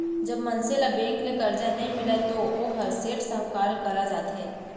जब मनसे ल बेंक ले करजा नइ मिलय तो वोहर सेठ, साहूकार करा जाथे